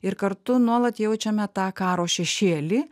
ir kartu nuolat jaučiame tą karo šešėlį